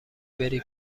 بری